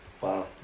Wow